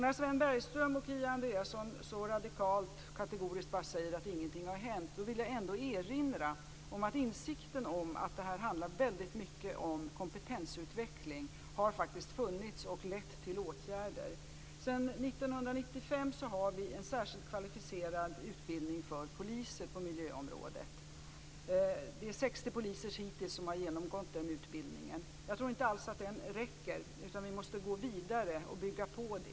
När Sven Bergström och Kia Andreasson så radikalt och kategoriskt säger att ingenting har hänt, vill jag ändå erinra om att insikten om att det väldigt mycket handlar om kompetensutveckling faktiskt har funnits och lett till åtgärder. Sedan 1995 har vi en särskilt kvalificerad utbildning för poliser på miljöområdet. Hittills är det 60 poliser som har genomgått den utbildningen. Jag tror inte alls att den räcker, utan vi måste gå vidare och bygga på den.